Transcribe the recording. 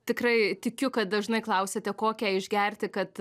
tikrai tikiu kad dažnai klausiate kokią išgerti kad